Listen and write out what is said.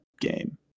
game